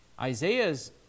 Isaiah's